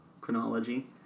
chronology